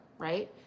right